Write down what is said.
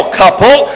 couple